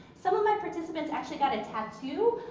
some of my participants actually got a tattoo.